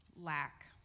lack